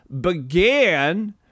began